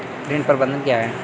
ऋण प्रबंधन क्या है?